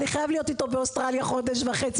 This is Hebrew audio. אני חייב להיות איתו באוסטרליה חודש וחצי,